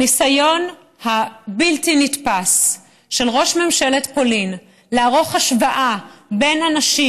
הניסיון הבלתי-נתפס של ראש ממשלת פולין לערוך השוואה בין אנשים